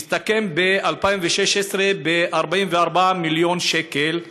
שהסתכם ב-2016 ב-44 מיליון שקל,